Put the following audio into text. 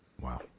Wow